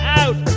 out